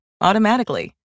automatically